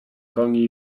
koni